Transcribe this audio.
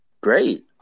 great